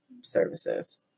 services